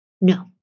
No